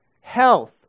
health